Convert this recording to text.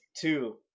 two